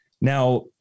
Now